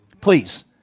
please